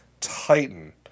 titan